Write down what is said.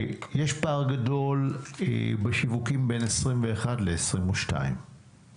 יש פער גדול בשיווקים בין 21' ל-22'.